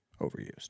overused